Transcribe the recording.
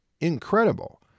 incredible